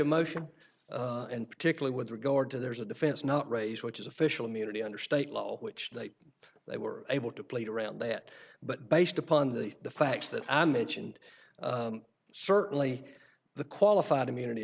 a motion and particularly with regard to there is a defense not raise which is official immunity under state law which they were able to played around that but based upon the facts that i mentioned certainly the qualified immunity